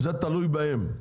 זה תלוי בהם.